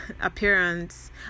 appearance